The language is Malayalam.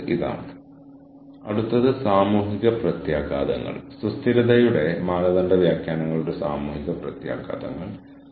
ഒരു പ്രശ്നത്തിന് ഏറ്റവും മികച്ച പ്രൊഫഷണൽ പരിഹാരം സംബന്ധിച്ച് സഹകരണ തീരുമാനം തുടങ്ങിയവ